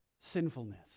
sinfulness